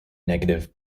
negative